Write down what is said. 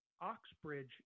Oxbridge